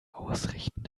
ausrichten